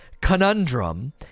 conundrum